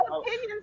opinions